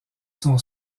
son